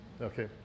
Okay